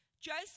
Joseph